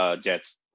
Jets